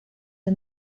and